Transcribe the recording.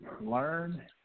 Learn